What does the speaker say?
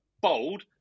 bold